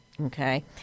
okay